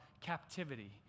captivity